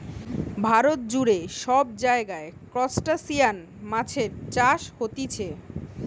ভারত জুড়ে সব জায়গায় ত্রুসটাসিয়ান মাছের চাষ হতিছে